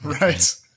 right